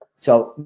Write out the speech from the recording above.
so,